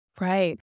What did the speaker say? Right